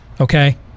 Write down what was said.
Okay